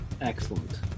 Excellent